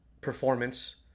performance